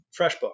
Freshbooks